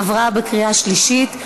עברה בקריאה שלישית,